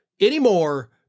anymore